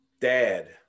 Dad